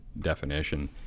definition